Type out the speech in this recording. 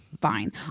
fine